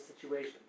situation